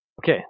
Okay